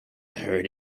heard